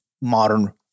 modern